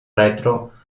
retro